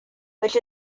which